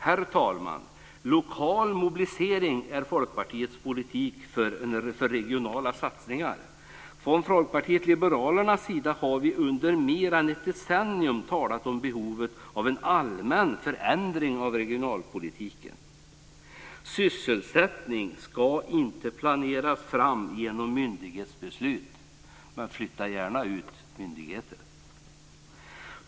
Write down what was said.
Herr talman! Lokal mobilisering är Folkpartiets politik för regionala satsningar. Från Folkpartiet liberalernas sida har vi under mer än ett decennium talat om behovet av en allmän förändring av regionalpolitiken. Sysselsättning ska inte planeras fram genom myndighetsbeslut. Men flytta gärna ut myndigheter.